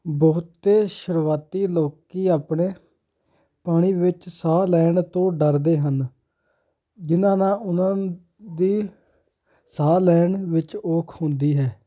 ਬਹੁਤੇ ਸ਼ੁਰੂਆਤੀ ਲੋਕੀਂ ਆਪਣੇ ਪਾਣੀ ਵਿੱਚ ਸਾਹ ਲੈਣ ਤੋਂ ਡਰਦੇ ਹਨ ਜਿਨ੍ਹਾਂ ਨਾਲ ਉਨ੍ਹਾਂ ਦੀ ਸਾਹ ਲੈਣ ਵਿੱਚ ਔਖ ਹੁੰਦੀ ਹੈ